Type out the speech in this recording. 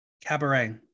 cabaret